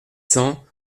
cent